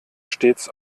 stets